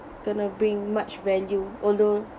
gonna bring much value although